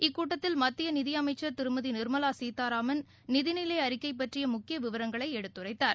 இக்கூட்டத்தில் மத்திய நிதி அமைச்சர் திருமதி நிர்மலா சீதாராமன் நிதிநிலை அறிக்கை பற்றிய முக்கிய விவரங்களை எடுத்துரைத்தார்